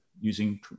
using